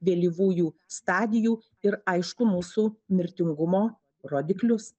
vėlyvųjų stadijų ir aišku mūsų mirtingumo rodiklius